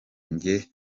njye